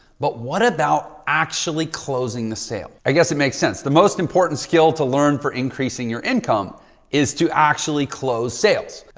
but what about actually closing the sale? i guess it makes sense. the most important skill to learn for increasing your income is to actually close sales.